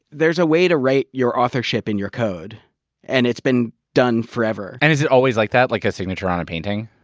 there's a way to write your authorship in your code and it's been done forever. and is it always like that? like a signature on a and painting?